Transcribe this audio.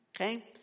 okay